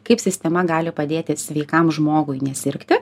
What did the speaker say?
kaip sistema gali padėti sveikam žmogui nesirgti